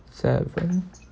seven